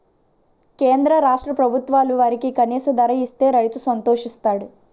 కేంద్ర రాష్ట్ర ప్రభుత్వాలు వరికి కనీస ధర ఇస్తే రైతు సంతోషిస్తాడు